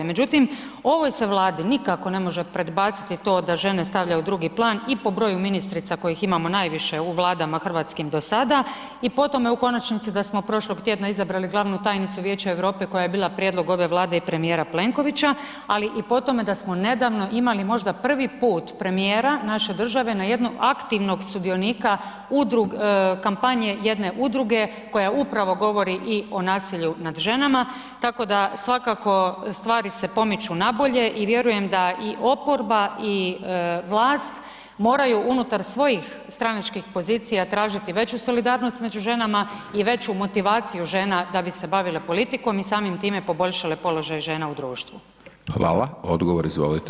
Međutim, ovoj se Vladi nikako ne može predbaciti to da žene stavljaju u drugi plan i po broju ministrica kojih imamo najviše u Vladama hrvatskim do sada i po tome u konačnici da smo prošlog tjedna izabrali glavnu tajnicu Vijeća Europe koja je bila prijedlog ove Vlade i premijera Plenkovića, ali i po tome da smo nedavno imali možda prvi put premijera naše države na jednog aktivnog sudionika kampanje jedne udruge koja upravo govori i o nasilju nad ženama, tako da svakako stvari se pomiču nabolje i vjerujem da i oporba i vlast moraju unutar svojih stranačkih pozicija tražiti veću solidarnost među ženama i veću motivaciju žena da bi se bavile politikom i samim time poboljšale položaj žena u društvu.